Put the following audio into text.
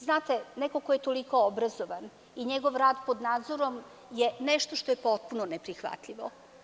Znate, neko ko je toliko obrazovan i njegov rad pod nadzorom je nešto što je potpuno neprihvatljivo.